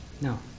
No